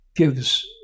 gives